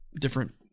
different